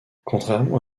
contrairement